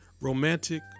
romantic